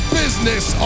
business